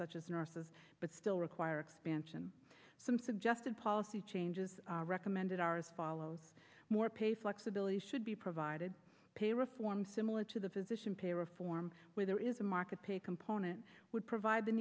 such as nurses but still require expansion some suggested policy changes recommended are as follows more pay flexibility should be provided pay reform similar to the physician pay reform where there is a market pay component would provide the